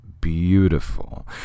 beautiful